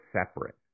separate